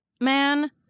man